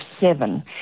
seven